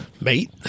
Mate